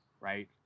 right